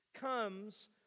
comes